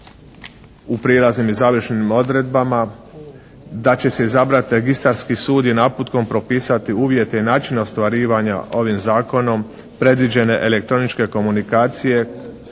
u prijelaznim i završnim odredbama da će se izabrati registarski sud i naputkom propisati uvjeti i način ostvarivanja ovim zakonom predviđene elektroničke komunikacije